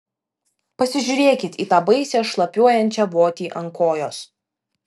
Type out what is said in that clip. pasižiūrėkit į tą baisią šlapiuojančią votį ant kojos